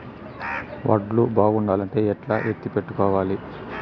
వడ్లు బాగుండాలంటే ఎట్లా ఎత్తిపెట్టుకోవాలి?